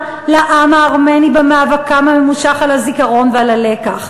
לעם הארמני במאבקם הממושך על הזיכרון ועל הלקח.